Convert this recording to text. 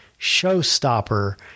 showstopper